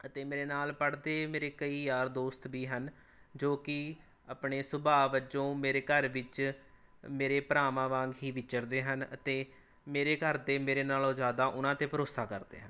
ਅਤੇ ਮੇਰੇ ਨਾਲ ਪੜ੍ਹਦੇ ਮੇਰੇ ਕਈ ਯਾਰ ਦੋਸਤ ਵੀ ਹਨ ਜੋ ਕਿ ਆਪਣੇ ਸੁਭਾਅ ਵਜੋਂ ਮੇਰੇ ਘਰ ਵਿੱਚ ਮੇਰੇ ਭਰਾਵਾਂ ਵਾਂਗ ਹੀ ਵਿਚਰਦੇ ਹਨ ਅਤੇ ਮੇਰੇ ਘਰ ਦੇ ਮੇਰੇ ਨਾਲੋਂ ਜ਼ਿਆਦਾ ਉਹਨਾਂ 'ਤੇ ਭਰੋਸਾ ਕਰਦੇ ਹਨ